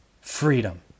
freedom